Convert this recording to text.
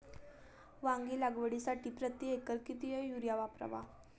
वांगी लागवडीसाठी प्रति एकर किती युरिया वापरावा?